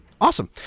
Awesome